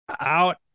out